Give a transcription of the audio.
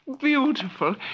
beautiful